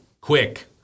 quick